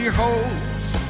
holds